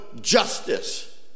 justice